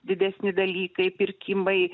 didesni dalykai pirkimai